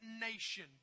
nation